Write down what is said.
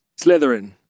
Slytherin